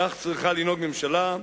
כך צריכה לנהוג ממשלה,